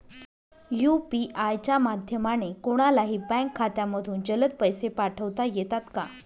UPI च्या माध्यमाने कोणलाही बँक खात्यामधून जलद पैसे पाठवता येतात का?